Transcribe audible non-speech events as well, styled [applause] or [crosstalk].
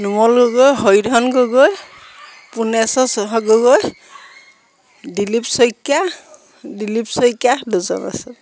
নুমল গগৈ হৰিধন গগৈ পুনেশ্বৰ [unintelligible] গগৈ দিলীপ শইকীয়া দিলীপ শইকীয়া দুজন আছে